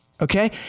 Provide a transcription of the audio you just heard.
Okay